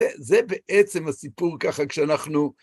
זה בעצם הסיפור ככה כשאנחנו...